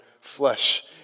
flesh